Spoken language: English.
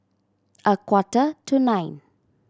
a quarter to nine